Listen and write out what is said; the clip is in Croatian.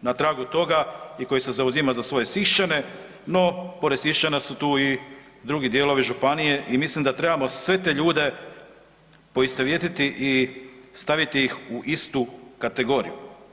na tragu toga i koji se zauzima za svoje Siščane, no pored Siščana su tu i drugi dijelovi županije i mislim da trebamo sve te ljude poistovjetiti i staviti ih u istu kategoriju.